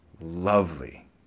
lovely